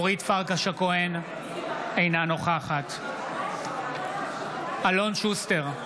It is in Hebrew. אינה נוכחת אלון שוסטר,